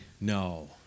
No